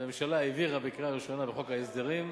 הממשלה העבירה בקריאה ראשונה בחוק ההסדרים.